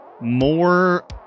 more